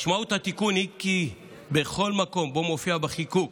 משמעות התיקון היא כי בכל מקום שבו מופיע בחיקוק